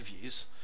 views